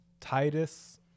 titus